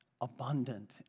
Abundant